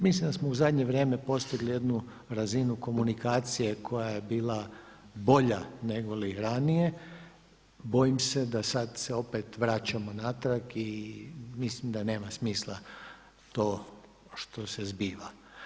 Mislim da smo u zadnje vrijeme postigli jednu razinu komunikacije koja je bila bolja nego li ranije, bojim se da sad se opet vraćamo natrag i mislim da nema smisla to što se zbiva.